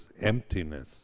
emptiness